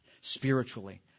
spiritually